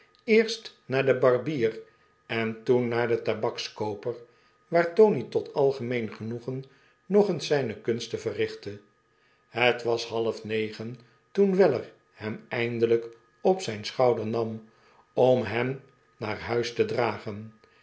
eerst naar den barbier en toen naar den tabakskooper waar tony tot algemeen genoegen nog eens zyne kunsten verrichtte het was halfnegen toen weller hem eindelyk op zyn schouder nam om hem naar huis te dragen